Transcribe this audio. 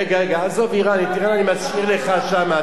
רגע רגע, עזוב אירן, את אירן אני משאיר לך, שם.